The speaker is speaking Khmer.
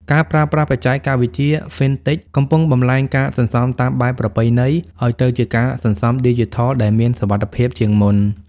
ការប្រើប្រាស់បច្ចេកវិទ្យា Fintech កំពុងបំលែងការសន្សំតាមបែបប្រពៃណីឱ្យទៅជាការសន្សំឌីជីថលដែលមានសុវត្ថិភាពជាងមុន។